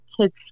kids